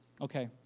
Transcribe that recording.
Okay